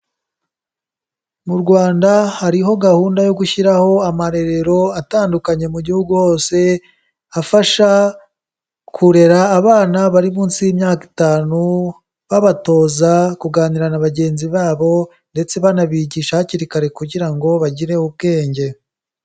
Mu Rwanda hariho gahunda yo gushyiraho amarerero atandukanye mu gihugu hose, afasha kurera abana bari munsi y'imyaka itanu, babatoza kuganira na bagenzi babo ndetse banabigisha hakiri kare kugira ngo bagire ubwenge.